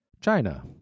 China